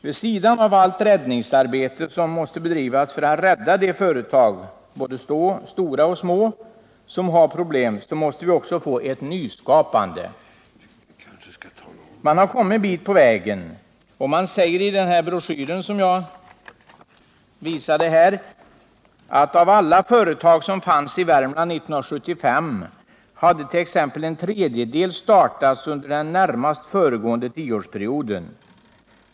Vid sidan av allt räddningsarbete som måste bedrivas för att hjälpa de företag, både stora och små, som har problem, måste vi också få ett nyskapande. Man har kommit en bit på vägen, och i den broschyr som jag nu visar upp säger man att av alla företag som fanns i Värmland 1975 hade t.ex. en tredjedel startats under den närmast föregående 10-årsperioden.